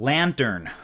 Lantern